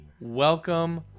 welcome